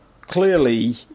clearly